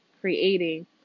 creating